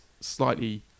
slightly